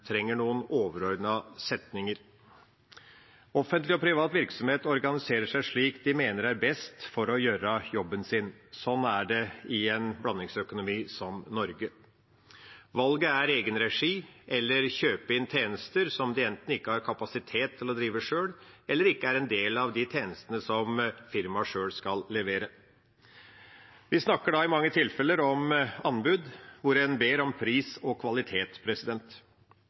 trenger noen overordnede setninger. Offentlig og privat virksomhet organiserer seg slik de mener er best for å gjøre jobben. Sånn er det i en blandingsøkonomi, som Norge har. Valget er egenregi eller å kjøpe inn tjenester som man enten ikke har kapasitet til å drive sjøl, eller som ikke er en del av de tjenestene som firmaet sjøl skal levere. Vi snakker da i mange tilfeller om anbud hvor en ber om pris og kvalitet.